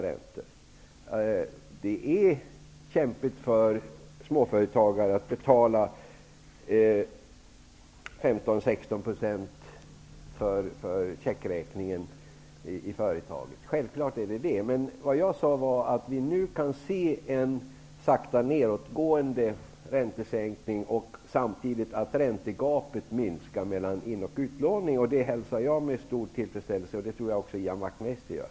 Det är självfallet kämpigt för småföretagare att betala 15--16 % för checkräkningskrediter i företagen. Men vad jag sade var att vi nu kan se en sakta nedåtgående räntesänkning och att räntegapet mellan in och utlåning samtidigt minskar. Detta hälsar jag med stor tillfredsställelse, och det tror jag att också Ian Wachtmeister gör.